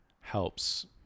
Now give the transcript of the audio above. helps